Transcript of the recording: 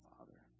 Father